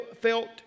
felt